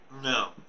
No